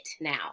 now